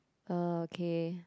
okay